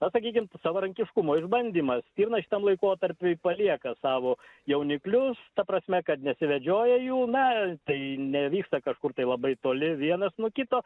na sakykime savarankiškumo išbandymas stirna šitam laikotarpiui palieka savo jauniklius ta prasme kad nesivedžioja jų na tai nevyksta kažkur tai labai toli vienas nuo kito